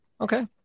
okay